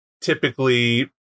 Typically